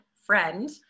friend